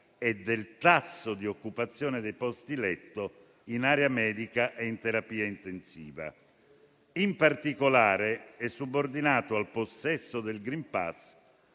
e del tasso di occupazione dei posti letto in area medica e in terapia intensiva. In particolare, è subordinato al possesso del *green pass*